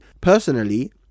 personally